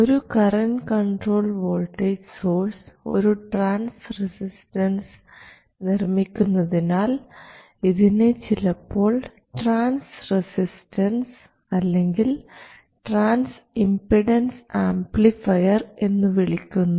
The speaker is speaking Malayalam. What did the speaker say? ഒരു കറൻറ് കൺട്രോൾഡ് വോൾട്ടേജ് സോഴ്സ് ഒരു ട്രാൻസ് റസിസ്റ്റൻസ് നിർമ്മിക്കുന്നതിനാൽ ഇതിനെ ചിലപ്പോൾ ട്രാൻസ് റസിസ്റ്റൻസ് അല്ലെങ്കിൽ ട്രാൻസ് ഇംപിഡൻസ് ആംപ്ലിഫയർ എന്നു വിളിക്കുന്നു